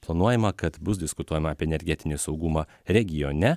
planuojama kad bus diskutuojama apie energetinį saugumą regione